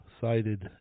cited